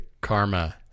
Karma